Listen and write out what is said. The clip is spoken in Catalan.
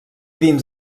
dins